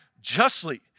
justly